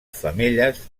femelles